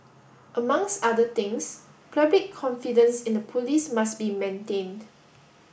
amongst other things public confidence in the police must be maintained